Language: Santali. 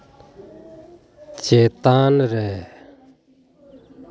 ᱪᱮᱛᱟᱱ ᱨᱮ